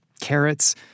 carrots